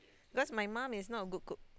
cause my mom is not a good cook